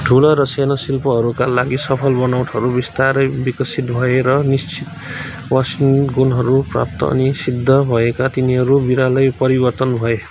ठुला र साना शिल्पहरूका लागि सफल बनोटहरू बिस्तारै विकसित भए र निश्चित वाञ्छनीय गुणहरू प्राप्त अनि सिद्ध भएपछि तिनीहरू विरलै परिवर्तन भए